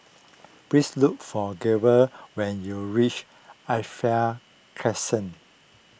please look for Grover when you reach Crescent